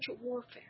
warfare